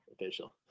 official